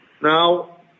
Now